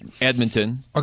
Edmonton